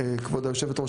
כבוד היו"ר,